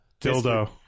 dildo